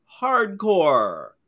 Hardcore